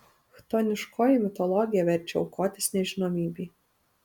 chtoniškoji mitologija verčia aukotis nežinomybei